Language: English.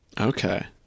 okay